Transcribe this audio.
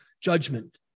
judgment